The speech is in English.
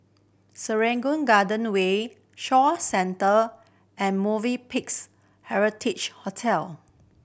Serangoon Garden Way Shaw Centre and Movenpicks Heritage Hotel